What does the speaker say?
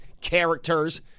characters